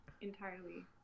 entirely